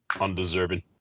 Undeserving